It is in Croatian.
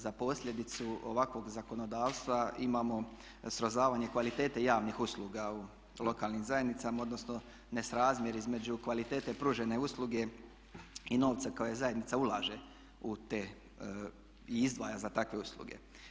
Za posljedicu ovakvog zakonodavstva imamo srozavanje kvalitete javnih usluga u lokalnim zajednicama odnosno nesrazmjer između kvalitete pružene usluge i novca koji zajednica ulaže i izdvaja za takve usluge.